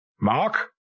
Mark